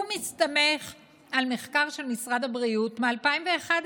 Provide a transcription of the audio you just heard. הוא מסתמך על מחקר של משרד הבריאות מ-2011,